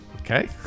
Okay